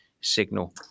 signal